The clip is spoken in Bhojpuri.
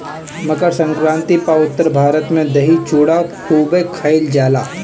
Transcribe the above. मकरसंक्रांति पअ उत्तर भारत में दही चूड़ा खूबे खईल जाला